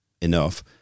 enough